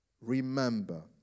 Remember